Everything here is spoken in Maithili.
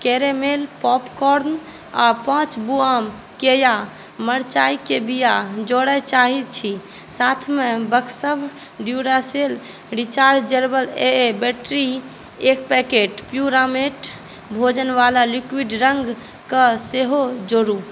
केरेमेल पोपकोर्न आ पाँच बोआम केआ मरचाइके बिआ जोड़ए चाहैत छी साथमे बक्सव ड्युरासेल रिचार्जेबुल बैटरी एक पैकेट प्युरामेट भोजन वाला रङ्गके सेहो जोड़ू